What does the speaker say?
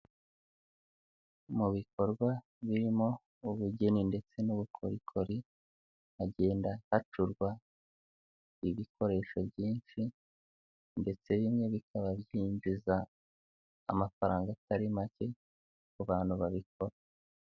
Mu bikorwa birimo ubugeni ndetse n'ubukorikori hagenda hacurwa ibikoresho byinshi ndetse bimwe bikaba byinjiza amafaranga atari make ku bantu babikora.